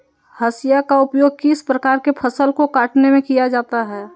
हाशिया का उपयोग किस प्रकार के फसल को कटने में किया जाता है?